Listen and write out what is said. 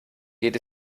geht